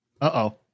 Uh-oh